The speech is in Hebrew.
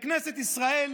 לכנסת ישראל